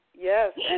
Yes